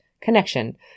connection